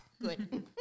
Good